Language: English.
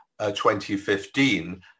2015